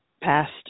past